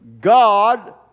God